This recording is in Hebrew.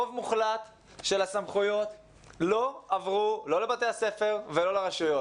רוב המוחלט של הסמכויות לא עברו לא לבתי הספר ולא לרשויות.